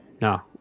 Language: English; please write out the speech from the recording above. no